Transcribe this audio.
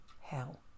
Hell